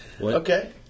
Okay